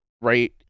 right